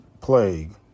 plague